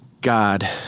God